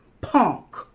punk